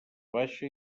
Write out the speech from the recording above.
baixa